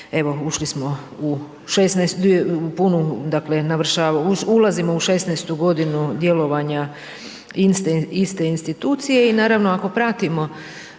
ulazimo u 16.-tu godinu djelovanja iste institucije i naravno ako pratimo,